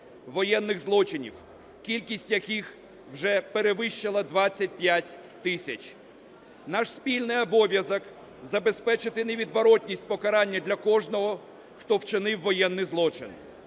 воєнних злочинів, кількість яких вже перевищила 25 тисяч. Наш спільний обов'язок забезпечити невідворотність покарання для кожного хто вчинив воєнний злочин,